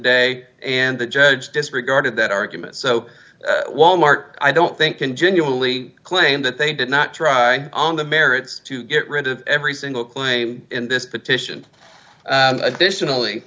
day and the judge disregarded that argument so wal mart i don't think can genuinely claim that they did not try on the merits to get rid of every single claim in this petition additionally